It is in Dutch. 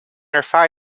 ervaar